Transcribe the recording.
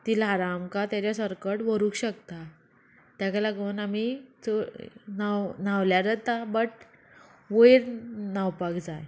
ती ल्हारां आमकां ताजे सरकट व्हरूंक शकता ताका लागून आमी चड न्हांव न्हांवल्यार जाता बट वयर न्हांवपाक जाय